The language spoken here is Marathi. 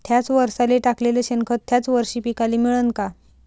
थ्याच वरसाले टाकलेलं शेनखत थ्याच वरशी पिकाले मिळन का?